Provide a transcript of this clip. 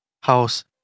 house